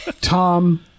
Tom